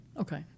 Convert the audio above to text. okay